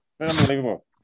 Unbelievable